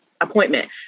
appointment